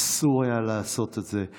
אסור היה לעשות את זה.